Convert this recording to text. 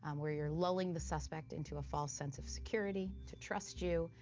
um where you're lulling the suspect into a false sense of security to trust you.